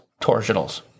torsionals